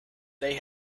they